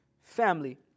family